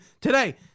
Today